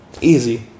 easy